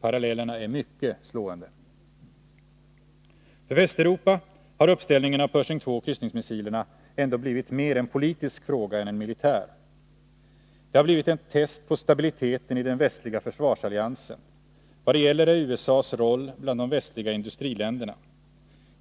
Parallellerna är mycket slående. För Västeuropa har uppställningen av Pershing 2 och kryssningsmissilerna ändå blivit mer en politisk fråga än en militär. Den har blivit en test på stabiliteten i den västliga försvarsalliansen. Vad det gäller är USA:s roll bland de västliga industriländerna.